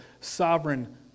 sovereign